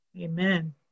Amen